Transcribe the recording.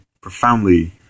profoundly